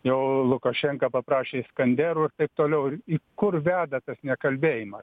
jau lukašenka paprašė iskanderų ir taip toliau ir į kur veda tas nekalbėjimas